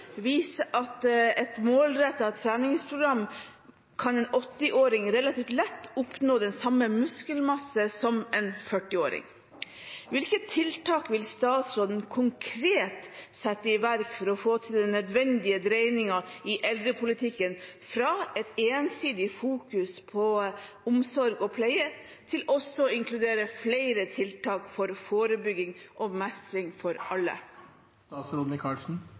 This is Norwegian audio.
relativt lett oppnå samme muskelmasse som en 40-åring. Hvilke tiltak vil statsråden konkret sette i verk for å få til den nødvendige dreiningen i eldrepolitikken fra et ensidig fokus på omsorg og pleie til også å inkludere flere tiltak for forebygging og mestring for alle?»